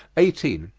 eighteen.